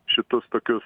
šitus tokius